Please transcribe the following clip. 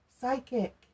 psychic